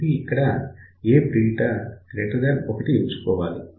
ఇది ఇక్కడ Aβ 1 ఎంచుకోవాలి